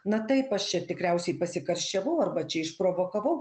na taip aš čia tikriausiai pasikarščiavau arba čia išprovokavau